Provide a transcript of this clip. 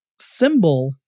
symbol